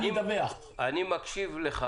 ההערה שלך